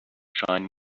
shine